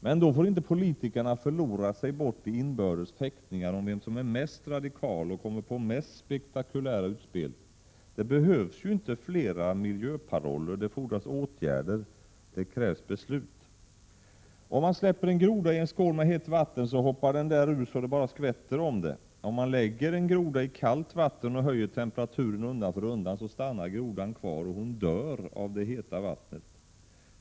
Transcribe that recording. Men då får inte politikerna förlora sig bort i inbördes fäktningar om vem som är mest radikal och kommer på mest spektakulära utspel. Det behövs ju inte flera miljöparoller. Det fordras åtgärder. Det krävs beslut. Om man släpper en groda i en skål med hett vatten hoppar den därur så det bara skvätter om det. Om man lägger en groda i kallt vatten och höjer temperaturen undan för undan stannar grodan kvar, och hon dör av det heta vattnet.